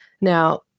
Now